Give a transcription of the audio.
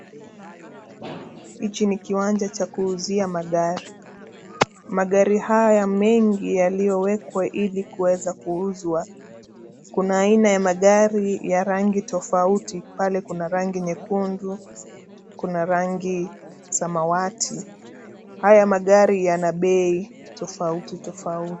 Hichi ni kiwanja cha kuuzia magari. Magari haya mengi yaliyowekwa ili kuweza kuuzwa. Kuna aina ya magari ya rangi tofauti, pale kuna rangi nyekundu, kuna rangi samawati. Haya magari yana bei tofauti tofauti.